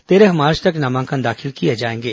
तेरह मार्च तक नामांकन दाखिल किए जाएंगे